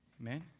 Amen